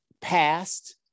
past